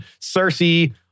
Cersei